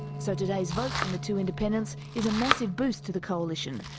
so today's vote from the two independents is a massive boost to the coalition,